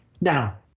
Now